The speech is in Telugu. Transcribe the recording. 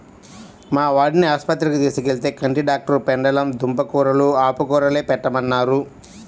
మా వాడిని ఆస్పత్రికి తీసుకెళ్తే, కంటి డాక్టరు పెండలం దుంప కూరలూ, ఆకుకూరలే పెట్టమన్నారు